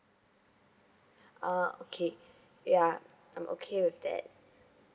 uh okay ya I'm okay with that